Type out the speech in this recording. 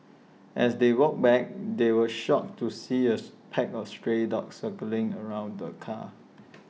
as they walked back they were shocked to see as pack of stray dogs circling around the car